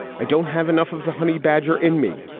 i don't have enough of the honey badger in me.